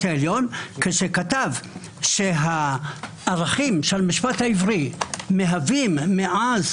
העליון כשכתב שהערכים של המשפט העברי מהווים מאז